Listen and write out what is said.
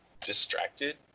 distracted